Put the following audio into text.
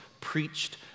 preached